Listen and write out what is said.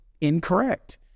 incorrect